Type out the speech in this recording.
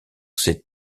ses